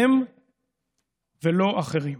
הם ולא אחרים.